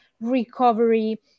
recovery